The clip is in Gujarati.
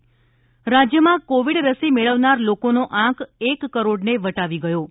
રસીકરણ રાજ્યમાં કોવિડ રસી મેળવનાર લોકોનો આંક એક કરોડને વટાવી ગયો છે